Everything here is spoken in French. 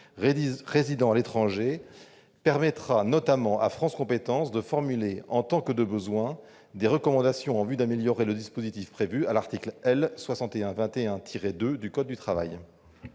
résidant à l'étranger permettra notamment à France compétences de formuler, en tant que de besoin, des recommandations en vue d'améliorer le dispositif prévu à l'article L. 6121-2 du code du travail.